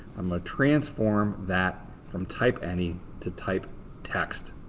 um ah transform that from type any to type text!